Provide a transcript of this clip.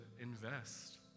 invest